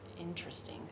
interesting